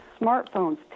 smartphones